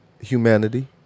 Humanity